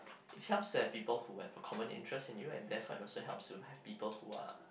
it helps to have people who have common interest in you and therefore it also helps to have people who are